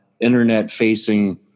internet-facing